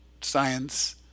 science